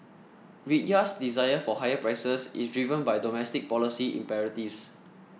Riyadh's desire for higher prices is driven by domestic policy imperatives